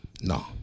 No